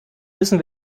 müssen